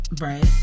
Right